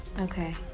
okay